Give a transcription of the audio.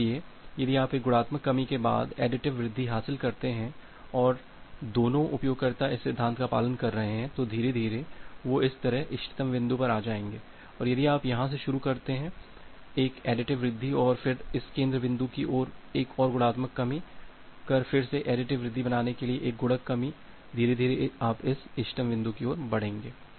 इसलिए यदि आप एक गुणात्मक कमी के बाद एक additive वृद्धि हासिल करते हैं और दोनों उपयोगकर्ता इस सिद्धांत का पालन कर रहे हैं तो धीरे धीरे वे इसी तरह इष्टतम बिंदु पर आ जाएंगे यदि आप यहां से शुरू करते हैं एक एडिटिव वृद्धि और फिर इस केंद्र बिंदु की ओर एक गुणात्मक कमी कर फिर से एक एडिटिव वृद्धि बनाने के लिए एक गुणक कमी धीरे धीरे आप इस इष्टतम बिंदु की ओर बढ़ेंगे